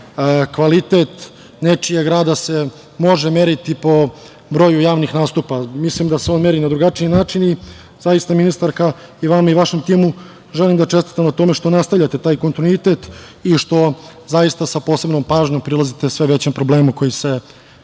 kvalitet nečijeg rada može meriti po broju javnih nastupa. Mislim da se on meri na drugačiji način i zaista ministarka i vama i vašem timu želim da čestitam na tome što nastavljate taj kontinuitet i što zaista sa posebnom pažnjom prilazite sve većem problemu koji se